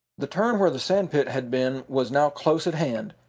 the turn where the sand pit had been was now close at hand.